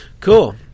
Cool